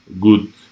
good